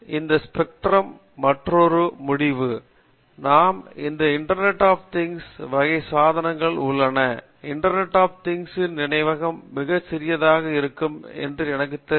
இந்த ஸ்பெக்ட்ரம் மற்றொரு முடிவு நாம் இந்த இன்டர்நெட் அப் திங்ஸ் வகை சாதனங்கள் உள்ளன இன்டர்நெட் அப் திங்ஸ் இல் நினைவகம் மிக சிறியதாக இருக்கும் என்று எனக்குத் தெரியும்